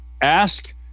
Ask